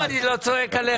לא, אני לא צועק עליך.